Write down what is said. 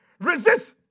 Resist